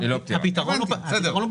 בסדר.